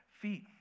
feet